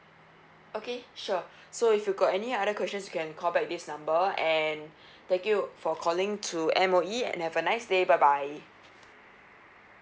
okay sure so if you got any other questions you can call back this number and thank you for calling to M_O_E and have a nice day bye bye